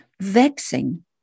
vexing